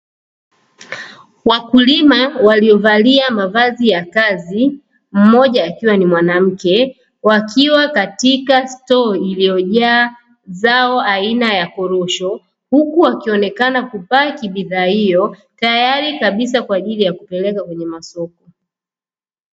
Wakulima waliovalia mavazi ya kazi, mmoja akiwa ni mwanamke. Wakiwa katika stoo iliyojaa zao aina ya korosho, huku akionekana kupaki bidhaa hiyo tayari kabisa kwa ajili ya kupeleka kwenye masoko.